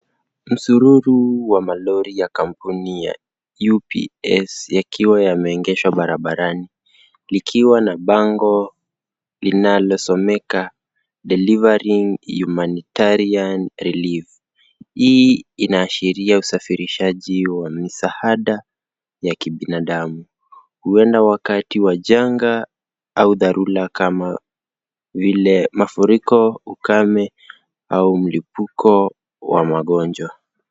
Mzuzuru wa lori ya kampuni UBS yakiwa yameegeshwa barabarani, likiwa na bango linalosomeka delivering humanitarian relief . Hii inaashiria usafirishaji wa msaada ya kibinadamu, uenda wakati wa changa au dharura kama vile mafuriko ukame au mlipuko wa mangonjwa.